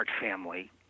family